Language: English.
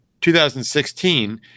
2016